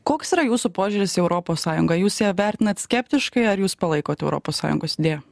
koks yra jūsų požiūris į europos sąjungą jūs ją vertinat skeptiškai ar jūs palaikot europos sąjungos idėją